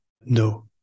no